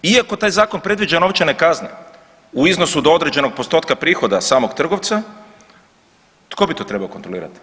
Iako taj zakon predviđa novčane kazne u iznosu do određenog postotka prihoda samog trgovca, tko bi to trebao kontrolirat?